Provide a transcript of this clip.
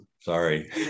sorry